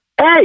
Hey